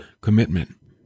commitment